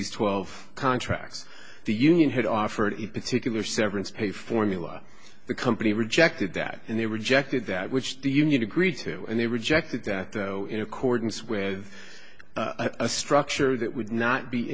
these twelve contracts the union had offered a particular severance pay formula the company rejected that and they rejected that which the union agreed to and they rejected that though in accordance with a structure that would not be